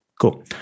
Cool